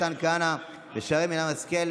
מתן כהנא ושרן מרים השכל.